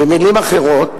במלים אחרות,